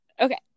Okay